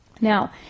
Now